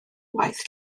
waith